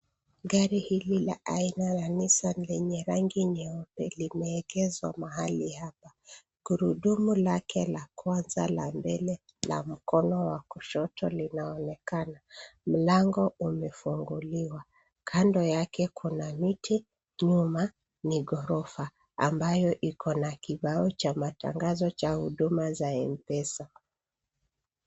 Gari hili la aina la Nissan lenye rangi nyeupe limeegeshwa mahali hapa. Gurufumu lake la kwanza la mbele la mkono wa kushoto linaonekana. Mlango umefunguliwa. Kando yake ni mti ,nyuma ni ghorofa ambayo iko na kibao cha matangazo cha huduma ya mpesa.